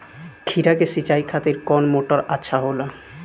खीरा के सिचाई खातिर कौन मोटर अच्छा होला?